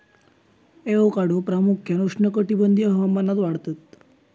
avocado प्रामुख्यान उष्णकटिबंधीय हवामानात वाढतत